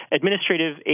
administrative